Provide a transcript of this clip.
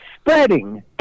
spreading